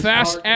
Fast